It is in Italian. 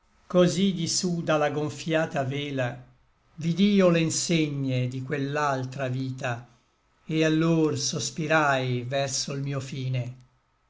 cosí di su da la gomfiata vela vid'io le nsegne di quell'altra vita et allor sospirai verso l mio fine